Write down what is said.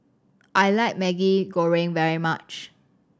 I like Maggi Goreng very much